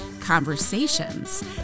Conversations